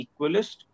equalist